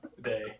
Day